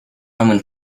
roman